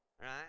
right